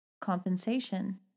compensation